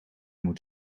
moet